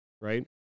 Right